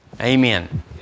Amen